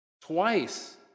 Twice